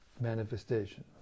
manifestation